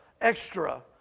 extra